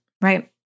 right